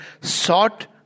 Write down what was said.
sought